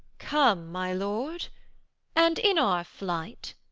come, my lord and in our flight,